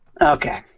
Okay